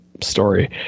story